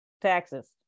taxes